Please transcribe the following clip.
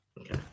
Okay